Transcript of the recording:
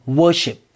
worship